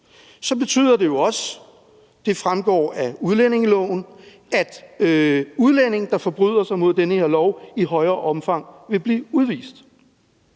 af udlændingeloven – at udlændinge, der forbryder sig mod den her lov, i højere omfang vil blive udvist.